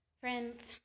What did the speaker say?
Friends